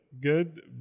good